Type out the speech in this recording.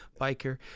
biker